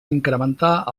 incrementar